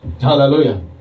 hallelujah